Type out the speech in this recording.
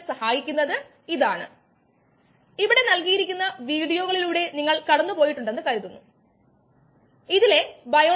കോശങ്ങളാൽ നിർമിക്കപ്പെടുന്ന ഉത്പന്നങ്ങൾ അത് ഒരു എൻസൈം മീഡിയെറ്റെഡ് റിയാക്ഷന്റെ ഫലമായും ഉണ്ടാകാമെന്നു നമ്മൾ മുമ്പ് പറഞ്ഞു